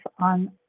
on